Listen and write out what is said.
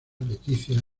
leticia